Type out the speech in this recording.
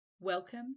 Welcome